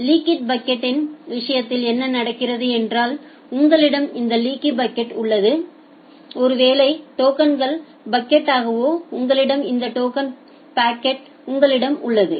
leaky bucket யின் விஷயத்தில் என்ன நடக்கிறது என்றால் உங்களிடம் இந்த லீக்கி பக்கெட் உள்ளது ஒரு வேளை டோக்கன் பக்கெட்காகவோ உங்களிடம் இந்த டோக்கன் பக்கெட் உங்களிடம் உள்ளது